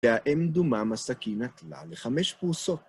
והאם דומם הסכין נתלה ל-5 פרוסות